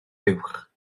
buwch